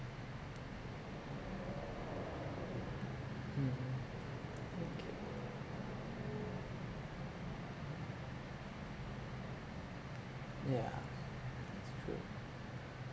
mm okay yeah that's true